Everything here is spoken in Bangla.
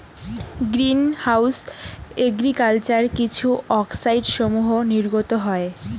গ্রীন হাউস এগ্রিকালচার কিছু অক্সাইডসমূহ নির্গত হয়